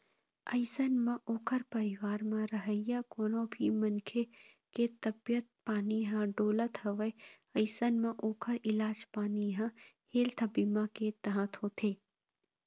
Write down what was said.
अइसन म ओखर परिवार म रहइया कोनो भी मनखे के तबीयत पानी ह डोलत हवय अइसन म ओखर इलाज पानी ह हेल्थ बीमा के तहत होथे